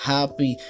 Happy